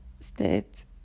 state